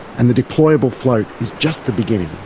and the deployable float is just the beginning.